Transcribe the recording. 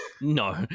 no